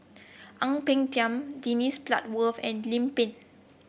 Ang Peng Tiam Dennis Bloodworth and Lim Pin